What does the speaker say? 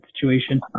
situation